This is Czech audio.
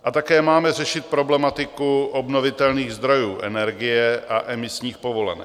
A také máme řešit problematiku obnovitelných zdrojů energie a emisních povolenek.